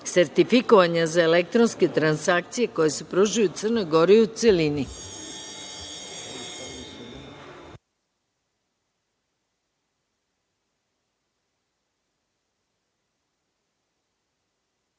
sertifikovanja za elektronske transakcije koje se pružaju u Crnoj gori, u